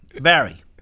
Barry